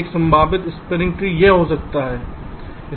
एक संभावित spanning tree यह हो सकते हैं